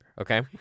Okay